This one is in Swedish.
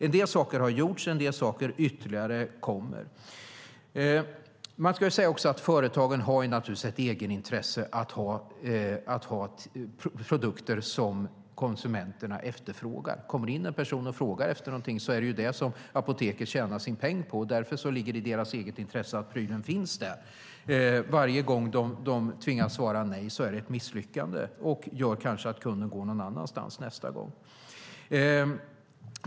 En del saker har gjorts, och en del ytterligare saker kommer. Företagen har ett egenintresse av att ha produkter som konsumenterna efterfrågar. Om det kommer in en person och frågar efter någonting är det ju det de tjänar sin peng på. Därför ligger det i apotekens eget intresse att prylen finns där. Varje gång de tvingas svara nej är det ett misslyckande, och det gör kanske att kunden går någon annanstans nästa gång.